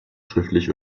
schriftlich